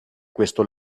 questo